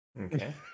Okay